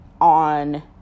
on